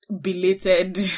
belated